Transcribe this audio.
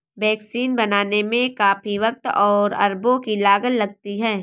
vaccine बनाने में काफी वक़्त और अरबों की लागत लगती है